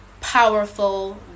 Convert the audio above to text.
powerful